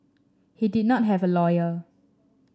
he did not have a lawyer